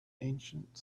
ancient